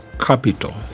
capital